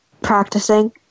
practicing